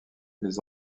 les